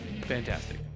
Fantastic